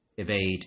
evade